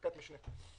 בחקיקת משנה.